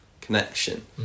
connection